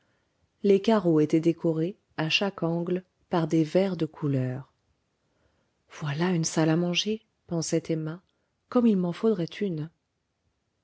les carreaux étaient décorés à chaque angle par des verres de couleur voilà une salle à manger pensait emma comme il m'en faudrait une